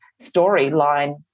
storyline